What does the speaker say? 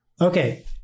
Okay